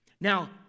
Now